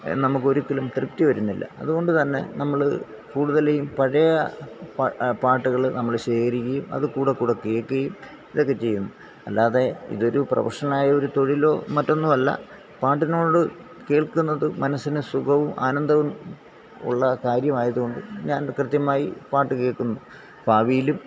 നമുക്കൊരിക്കലും തൃപ്തി വരുന്നില്ല അതുകൊണ്ട് തന്നെ നമ്മൾ കൂടുതൽ ഈ പഴയ പാട്ടുകൾ നമ്മൾ ശേഖരിക്കുകയും അത് കൂടെ കൂടെ കേൾക്കുകയും ഇതൊക്കെ ചെയ്യും അല്ലാതെ ഇതൊരു പ്രൊഫഷൻ ആയി ഒരു തൊഴിലോ മറ്റൊന്നും അല്ല പാട്ടിനോട് കേൾക്കുന്നത് മനസ്സിന് സുഖവും ആനന്ദവും ഉള്ള കാര്യമായത് കൊണ്ട് ഞാൻ കൃത്യമായി പാട്ട് കേൾക്കുന്നു ഭാവിയിലും